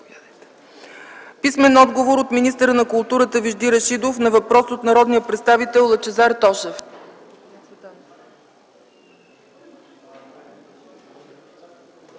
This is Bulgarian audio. Ваньо Шарков; - министъра на културата Вежди Рашидов на въпрос от народния представител Лъчезар Тошев;